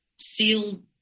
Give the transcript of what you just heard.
sealed